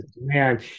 man